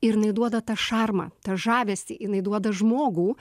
ir jinai duoda tą šarmą žavesį jinai duoda žmogų